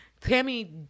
tammy